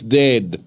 dead